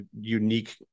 unique